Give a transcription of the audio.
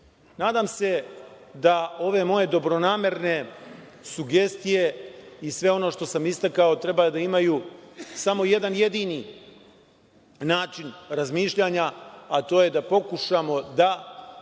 Nadam se da ove moje dobronamerne sugestije i sve ono što sam istakao treba da imaju samo jedan jedini način razmišljanja, a to je da pokušamo da popravimo